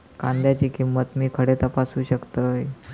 कांद्याची किंमत मी खडे तपासू शकतय?